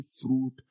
fruit